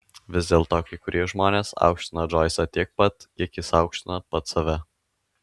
vis dėlto kai kurie žmonės aukštino džoisą tiek pat kiek jis aukštino pats save